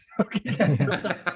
Okay